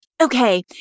Okay